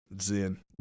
Zen